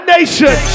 Nation